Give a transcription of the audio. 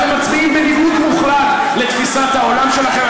אתם מצביעים בניגוד מוחלט לתפיסת העולם שלכם.